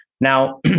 Now